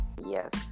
Yes